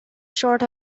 short